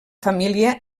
família